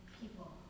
people